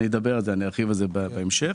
ארחיב על זה בהמשך.